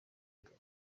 inyuma